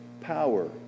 power